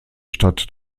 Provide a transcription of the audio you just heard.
stadt